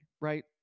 right